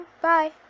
bye